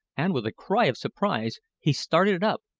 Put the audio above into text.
and with a cry of surprise, he started up,